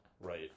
Right